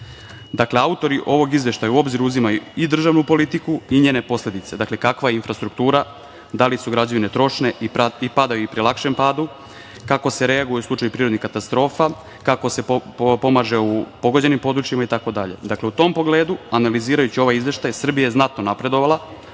autori ovog izveštaja u obzir uzimaju i državnu politiku i njene posledice, dakle, kakve je infrastruktura, da li su građevine trošne i padaju i pri lakšem padu, kako se reaguje u slučaju prirodnih katastrofa, kako se pomaže u pogođenim područjima, itd. Dakle, u tom pogledu, analizirajući ovaj izveštaj, Srbija je znatno napredovala,